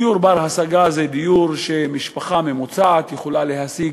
דיור בר-השגה זה דיור שמשפחה ממוצעת יכולה להשיג,